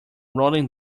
rolling